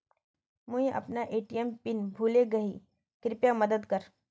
मुई अपना ATM PIN भूले गही कृप्या मदद कर